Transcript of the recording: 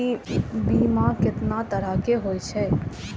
बीमा केतना तरह के हाई छै?